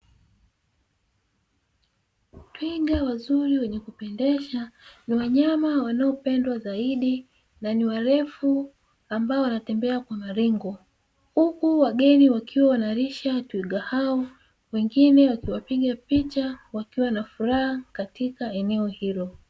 Twiga wazuri wenye kupendeza ni wanyama wanaopendwa zaidi na ni warefu ambao wanatembea kwa maringo, huku wageni wakiwa wanalisha twiga hao wengine wakiwapiga picha wakiwa na furaha katika eneo hilo.